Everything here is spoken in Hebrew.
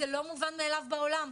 זה לא מובן מאליו בעולם.